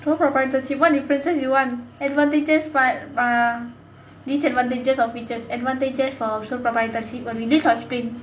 sole proprietorship what differences you want advantages uh disadvantages of whiches advantages for sole proprietorship only list of screen